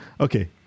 Okay